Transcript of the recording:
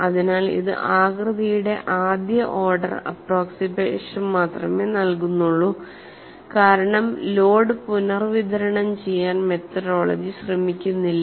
അതിനാൽ ഇത് ആകൃതിയുടെ ആദ്യ ഓർഡർ അപ്പ്രോക്സിമേഷൻ മാത്രമേ നൽകുന്നുള്ളൂ കാരണം ലോഡ് പുനർവിതരണം ചെയ്യാൻ മെത്തഡോളജി ശ്രമിക്കുന്നില്ല